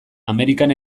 amerikan